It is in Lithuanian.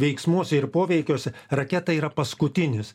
veiksmuose ir poveikiuose raketa yra paskutinis